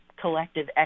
collective